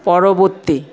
পরবর্তী